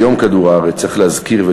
ביום כדור-הארץ צריך להזכיר,